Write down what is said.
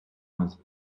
was